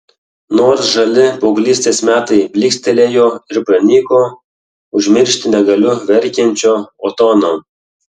nors žali paauglystės metai blykstelėjo ir pranyko užmiršti negaliu verkiančio otono